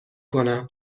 کنم